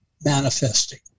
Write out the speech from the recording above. manifesting